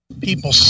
people